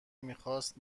میخاست